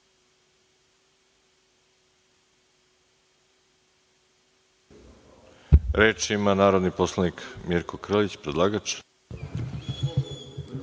Reč ima narodni poslanik Mirko Krlić, predlagač.